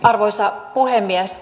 arvoisa puhemies